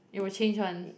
it will change [one]